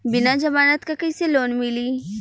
बिना जमानत क कइसे लोन मिली?